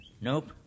Nope